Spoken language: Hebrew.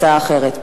הצעה אחרת,